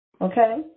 Okay